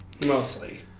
Mostly